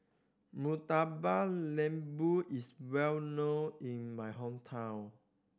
Murtabak Lembu is well known in my hometown